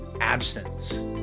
absence